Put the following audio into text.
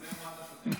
תיזהר ממה שאתה שותה.